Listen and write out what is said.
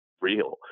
real